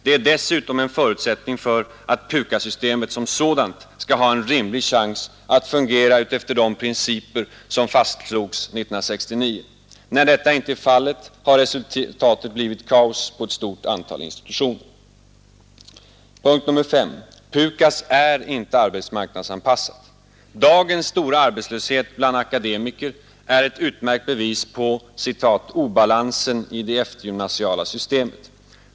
Det är dessutom en förutsättning för att PUKAS-systemet som sådant skall ha en rimlig chans att fungera utefter de principer som slogs fast 1969. När detta inte är fallet har resultatet blivit kaos på ett stort antal institutioner. S. PUKAS är inte arbetsmarknadsanpassat. Dagens stora arbetslöshet bland akademiker är ett utmärkt bevis på ”obalansen i det eftergymnasiala systemet”.